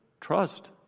trust